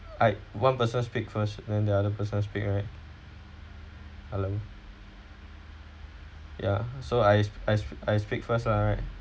I one person speak first then the other person speak right hello ya so I I I speak first lah right